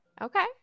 okay